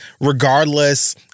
regardless